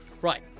right